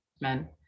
men